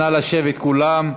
נא לשבת, כולם.